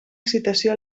excitació